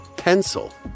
Pencil